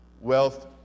Wealth